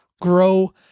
grow